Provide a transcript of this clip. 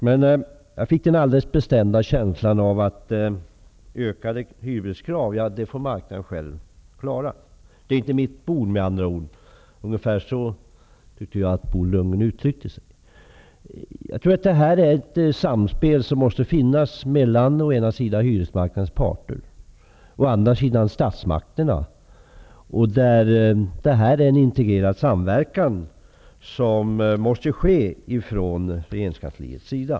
Jag fick emellertid den alldeles speciella känslan av att marknaden själv får klara av de ökade hyreskraven. Det verkade som om Bo Lundgren menade att det inte var hans bord. Jag tror att det måste finnas ett samspel mellan å ena sidan hyresmarknadens parter och å andra sidan statsmakterna, och det måste ske en integrerad samverkan från regeringskansliets sida.